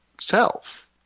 self